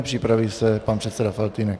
Připraví se pan předseda Faltýnek.